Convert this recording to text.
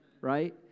right